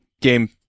Game